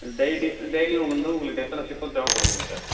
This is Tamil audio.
டெய்லி டெய்லியும் வந்து உங்களுக்கு எத்தனை சிப்பம் தேவைப்படுதுங்க சார்